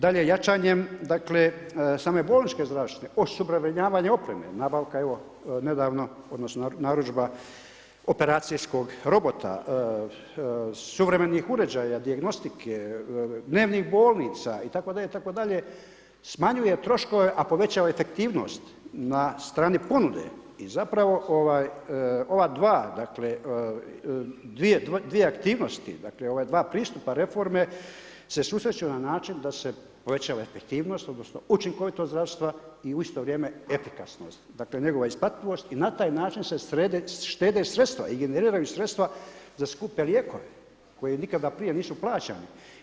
Dalje jačanjem, dakle same bolničke ... osuvremenjivanje opreme, nabavka evo nedavno odnosno narudžba operacijskog robota, suvremenih uređaja, dijagnostike, dnevnih bolnica itd., itd., smanjuje troškove a povećava efektivnost na strani ponude i zapravo ova dva dakle dvije aktivnosti, dakle ova dva pristupa reforme se susreću na način da se povećava efektivnost, odnosno učinkovitost zdravstva i u isto vrijeme efikasnost, dakle njegova isplativost i na taj način se štede sredstva i generiraju sredstva za skupe lijekove koje nikada prije nisu plaćene.